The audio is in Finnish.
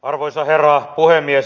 arvoisa herra puhemies